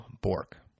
Bork